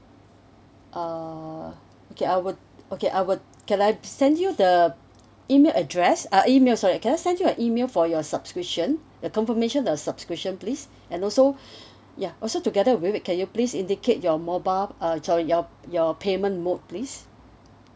uh okay I would okay I would can I send you the email address uh email sorry can I send you a email for your subscription your confirmation of subscription please and also ya also together can you please indicate your mobile uh sorry your your payment mode please